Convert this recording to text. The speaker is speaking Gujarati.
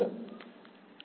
વિધાર્થી બરાબર